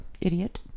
Idiot